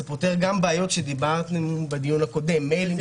זה פותר גם בעיות שדיברנו עליהן בדיון הקודם -- זה